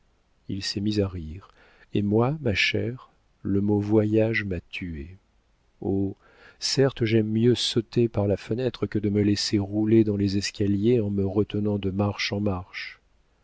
il s'est mis à rire et moi ma chère le mot voyage m'a tuée oh certes j'aime mieux sauter par la fenêtre que de me laisser rouler dans les escaliers en me retenant de marche en marche